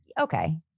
okay